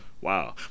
Wow